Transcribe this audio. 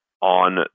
on